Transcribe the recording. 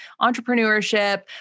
entrepreneurship